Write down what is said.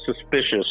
suspicious